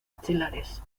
axilares